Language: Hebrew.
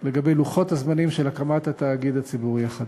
לגבי לוחות הזמנים של הקמת התאגיד הציבורי החדש.